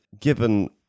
given